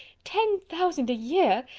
ten thousand a year!